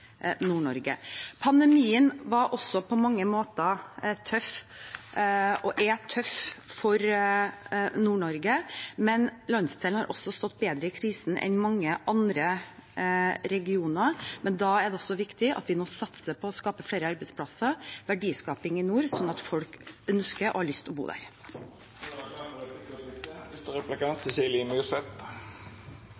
Pandemien var også på mange måter tøff og er tøff for Nord-Norge, men landsdelen har stått bedre i krisen enn mange andre regioner. Da er det også viktig at vi nå satser på å skape flere arbeidsplasser og verdiskaping i nord, sånn at folk ønsker og har lyst til å bo der. Det vert replikkordskifte. For at noe skal kunne kalles nordområdepolitikk, må det